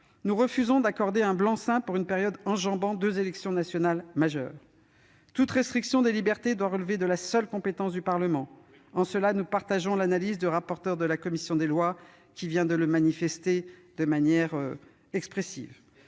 nous refusons d'accorder un blanc-seing pour une période qui enjambe deux élections nationales majeures. Toute restriction des libertés doit relever de la seule compétence du Parlement. Oui ! En cela, nous partageons l'analyse du rapporteur, qui vient encore de le manifester de manière expressive.